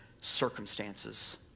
circumstances